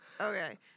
Okay